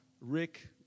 Rick